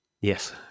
yes